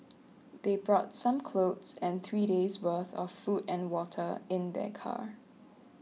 they brought some clothes and three days worth of food and water in their car